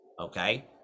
okay